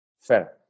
fair